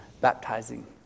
baptizing